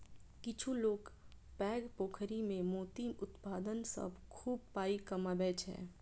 किछु लोक पैघ पोखरि मे मोती उत्पादन सं खूब पाइ कमबै छै